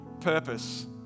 purpose